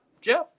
Jeff